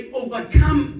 overcome